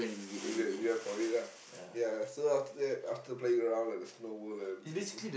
we wait we wait for it ah ya so after that after playing around at the Snow-World and everything